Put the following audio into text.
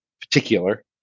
particular